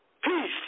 Peace